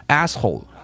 ,asshole